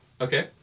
Okay